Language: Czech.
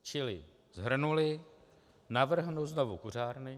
Čili shrnuli, navrhnu znovu kuřárny.